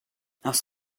aus